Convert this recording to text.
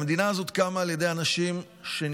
המדינה הזאת קמה על ידי אנשים שנפגעו,